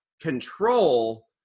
control